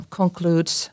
concludes